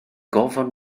gorfod